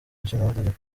nshingamategeko